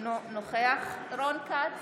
אינו נוכח רון כץ,